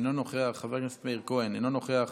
אינו נוכח,